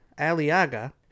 Aliaga